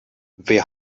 wer